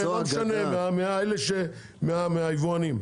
אז מהיבואנים.